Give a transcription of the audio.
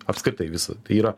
apskritai visa tai yra